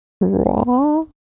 Raw